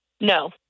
No